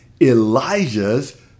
Elijah's